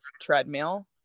treadmill